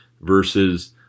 versus